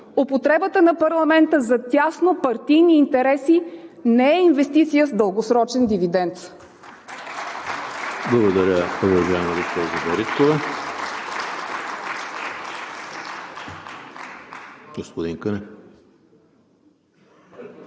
Употребата на парламента за тяснопартийни интереси не е инвестиция с дългосрочен дивидент.